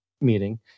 meeting